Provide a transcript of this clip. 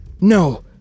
No